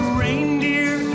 reindeer